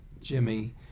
Jimmy